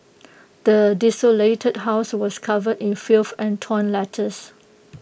the desolated house was covered in filth and torn letters